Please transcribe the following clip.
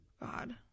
God